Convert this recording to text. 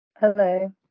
Hello